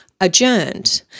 adjourned